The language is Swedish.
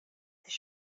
till